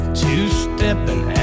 two-stepping